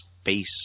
space